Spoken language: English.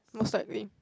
most likely